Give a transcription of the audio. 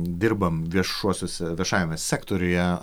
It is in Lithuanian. dirbam viešuosiuose viešajame sektoriuje